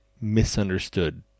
misunderstood